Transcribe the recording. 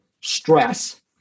stress